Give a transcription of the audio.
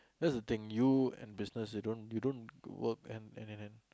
that's the thing you and business you don't you don't work and and and and